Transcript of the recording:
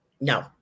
No